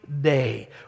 day